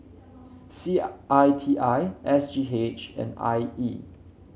C I T I S G H and I E